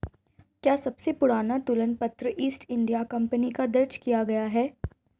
क्या सबसे पुराना तुलन पत्र ईस्ट इंडिया कंपनी का दर्ज किया गया है?